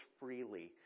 freely